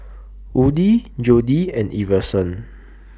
Woodie Jody and Iverson